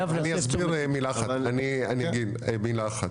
אני אגיד מילה אחת.